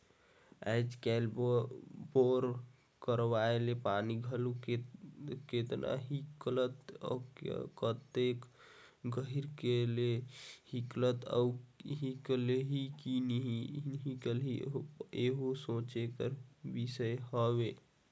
आएज काएल बोर करवाए ले पानी घलो केतना हिकलही, कतेक गहिल करे ले हिकलही अउ हिकलही कि नी हिकलही एहू सोचे कर बिसे हवे